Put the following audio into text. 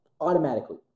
automatically